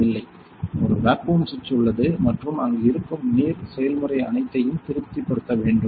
இல்லை ஒரு வேக்குவம் சுவிட்ச் உள்ளது மற்றும் அங்கு இருக்கும் நீர் செயல்முறை அனைத்தையும் திருப்திப்படுத்த வேண்டும்